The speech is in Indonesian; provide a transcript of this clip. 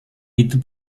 itu